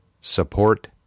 support